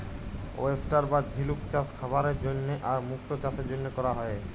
oyster বা ঝিলুক চাস খাবারের জন্হে আর মুক্ত চাসের জনহে ক্যরা হ্যয়ে